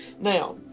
Now